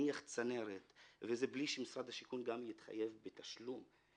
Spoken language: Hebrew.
להניח צנרת בלי שמשרד השיכון גם יתחייב בתשלום,